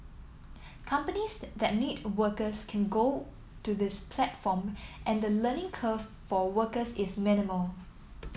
companies that need workers can go to this platform and the learning curve for workers is minimal